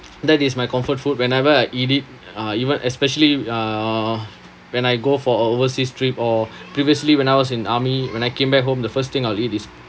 that is my comfort food whenever I eat it uh even especially uh when I go for overseas trip or previously when I was in army when I came back home the first thing I'll eat is